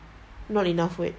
not enough [what]